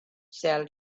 sell